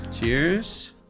Cheers